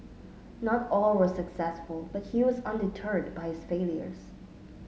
not all were successful but he was undeterred by his failures